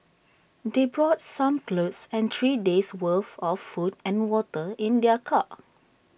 they brought some clothes and three days'worth of food and water in their car